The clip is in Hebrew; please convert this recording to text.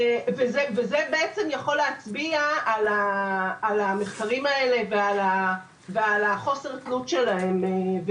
זה יכול להצביע על המחקרים האלה ועל חוסר התלות שלהם.